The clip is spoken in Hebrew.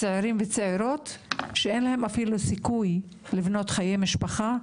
לרבים אין אפילו סיכוי לבנות חיי משפחה,